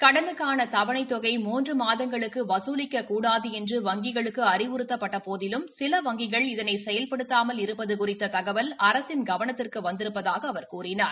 கடனுக்கானதவணத் தொகை மூன்றுமாதங்களுக்குவசூலக்கக்கூடாதுஎன்று வங்கிகளுக்குஅறிவுறுத்தப்பட்டபோதிலும் சில வங்கிகள் இதனைசெயல்படுத்தாமல் இருப்பதுகுறித்ததகவல் அரசின் கவனத்திற்குவந்திருப்பதாகஅவர் கூறினார்